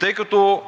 съвет.